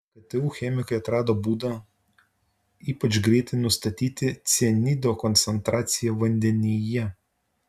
ktu chemikai atrado būdą ypač greitai nustatyti cianido koncentraciją vandenyje